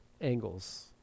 angles